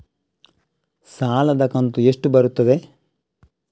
ಸಾಲದ ಕಂತು ಎಷ್ಟು ಬರುತ್ತದೆ?